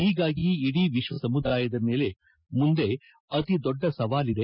ಹೀಗಾಗಿ ಇಡೀ ವಿಶ್ವ ಸಮುದಾಯದ ಮುಂದೆ ಅತಿ ದೊಡ್ಡ ಸವಾಲಿದೆ